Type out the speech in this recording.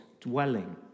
dwelling